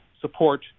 support